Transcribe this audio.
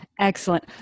Excellent